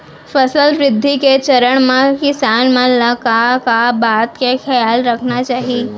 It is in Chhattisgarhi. फसल वृद्धि के चरण म किसान मन ला का का बात के खयाल रखना चाही?